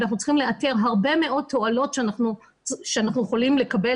אנחנו צריכים לאתר הרבה מאוד תועלות שאנחנו יכולים לקבל